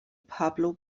pablo